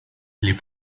les